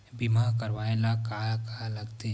बीमा करवाय ला का का लगथे?